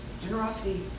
Generosity